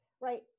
right